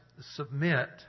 submit